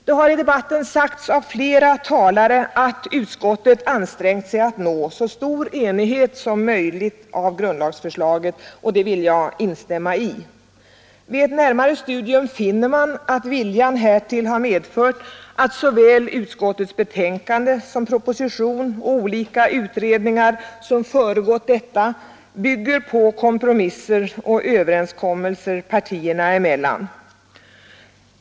Det har i debatten sagts av flera talare att utskottet ansträngt sig att nå så stor enighet som möjligt i grundlagsförslaget, och det vill jag instämma i. Vid ett närmare studium finner man att viljan härtill medfört att såväl utskottets betänkande som propositionen och olika utredningar som föregått detta bygger på kompromisser och överenskommelser partierna emellan.